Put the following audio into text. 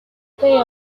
player